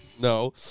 No